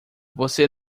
você